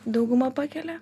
dauguma pakelia